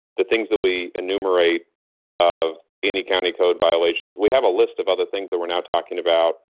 the things that we enumerate of any county code violations, we have a list of other things that we're now talking about.